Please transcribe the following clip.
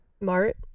Mart